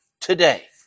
today